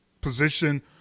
position